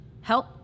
help